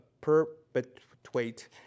perpetuate